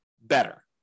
better